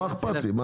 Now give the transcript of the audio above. מה אכפת לי?